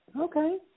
Okay